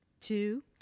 two